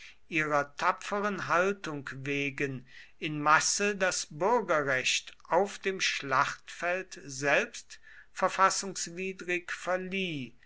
ihrer tapferen haltung wegen in masse das bürgerrecht auf dem schlachtfeld selbst verfassungswidrig verlieh